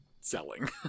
selling